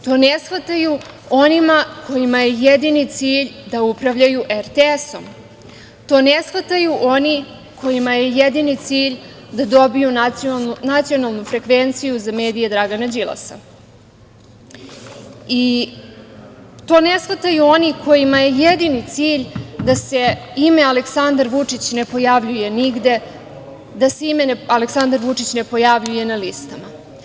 To ne shvataju oni kojima je jedini cilj da upravljaju RTS, to ne shvataju oni kojima je jedini cilj da dobiju nacionalnu frekvenciju za medije Dragana Đilasa, to ne shvataju onima kojima je jedini cilj da se ime Aleksandar Vučić ne pojavljuje nigde, da se ime Aleksandar Vučić ne pojavljuje na listama.